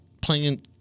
playing –